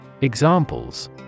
Examples